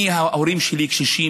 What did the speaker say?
ההורים שלי קשישים,